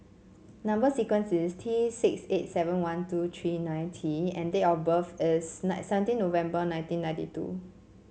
number sequence is T six eight seven one two three nine T and date of birth is nine seventeen November One Thousand nineteen ninety two